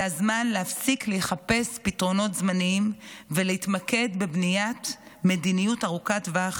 זה הזמן להפסיק לחפש פתרונות זמניים ולהתמקד בבניית מדיניות ארוכת טווח,